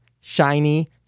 shiny